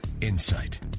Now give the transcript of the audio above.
insight